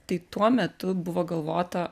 tai tuo metu buvo galvota